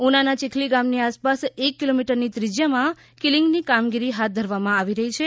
ઉનાના ચિખલી ગામની આસપાસ એક કિલોમીટરની ત્રિશ્ચ્યામાં કિલિંગની કામગીરી હાથ ધરવામાં આવી રહી છે